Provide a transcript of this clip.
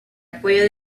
apoyo